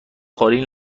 خالی